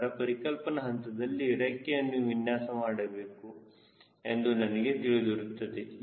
ನಂತರ ಪರಿಕಲ್ಪನಾ ಹಂತದಲ್ಲಿ ರೆಕ್ಕೆಯನ್ನು ವಿನ್ಯಾಸ ಮಾಡಬೇಕು ಎಂದು ನನಗೆ ತಿಳಿದಿರುತ್ತದೆ